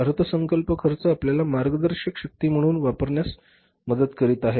अर्थसंकल्प खर्च आपल्याला मार्गदर्शक शक्ती म्हणून काम करण्यास मदत करीत आहेत